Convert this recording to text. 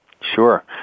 Sure